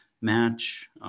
match